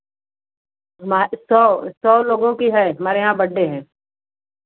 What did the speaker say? हमारे सौ सौ लोगों की है हमारे यहाँ बड्डे है